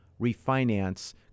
refinance